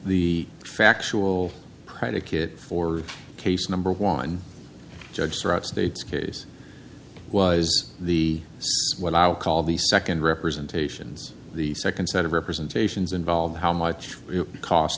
the factual predicate for case number one judge threw out state's case was the what i'll call the second representations the second set of representations involved how much it cost